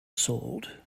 sold